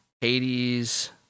Hades